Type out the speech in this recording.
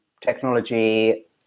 technology